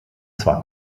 zwar